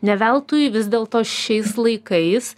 ne veltui vis dėlto šiais laikais